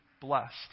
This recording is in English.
blessed